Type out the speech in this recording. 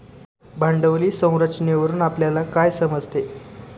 भांडवली संरचनेवरून आपल्याला काय समजते?